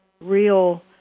real